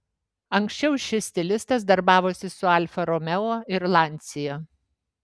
anksčiau šis stilistas darbavosi su alfa romeo ir lancia